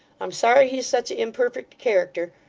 i'm sorry he's such a imperfect character,